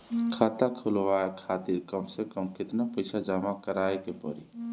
खाता खुलवाये खातिर कम से कम केतना पईसा जमा काराये के पड़ी?